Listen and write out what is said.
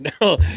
No